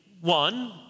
One